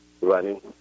running